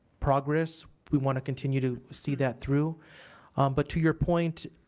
progress we wanna continue to see that through but to your point,